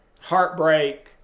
heartbreak